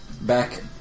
back